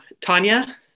Tanya